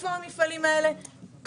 איפה המפעלים האלה,